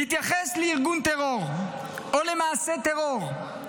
בהתייחס לארגון טרור או למעשה טרור,